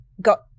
got